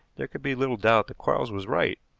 there could be little doubt that quarles was right.